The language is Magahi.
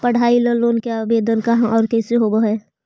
पढाई ल लोन के आवेदन कहा औ कैसे होब है?